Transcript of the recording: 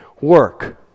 work